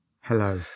Hello